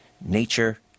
Nature